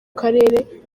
karere